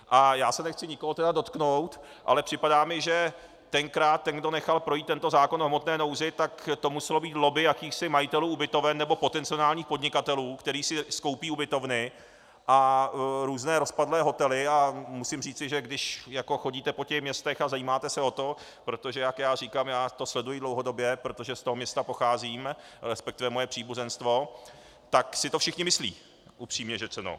A já se nechci nikoho tedy dotknout, ale připadá mi, že tenkrát ten, kdo nechal projít tento zákon o hmotné nouzi, tak to muselo být lobby jakýchsi majitelů ubytoven nebo potenciálních podnikatelů, kteří si skoupí ubytovny a různé rozpadlé hotely, a musím říci, že když jako chodíte po těch městech a zajímáte se o to, protože jak já říkám, já to sleduji dlouhodobě, protože z toho města pocházím, resp. moje příbuzenstvo, tak si to všichni myslí, upřímně řečeno.